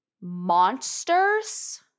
Monsters